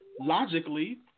logically